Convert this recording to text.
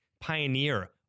pioneer